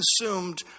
consumed